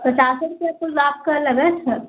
पचास रुपया तो का लगा था